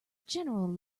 general